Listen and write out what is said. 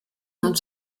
uns